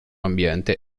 ambiente